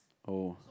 oh